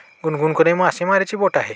गुनगुनकडे मासेमारीची बोट आहे